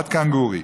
עד כאן גורי.